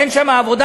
אין שם עבודה,